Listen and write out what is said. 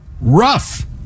rough